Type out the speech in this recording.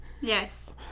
Yes